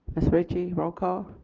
ms. ritchie roll call.